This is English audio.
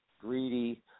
greedy